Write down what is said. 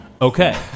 Okay